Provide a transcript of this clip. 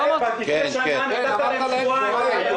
לפני שנה נתת להם שבועיים.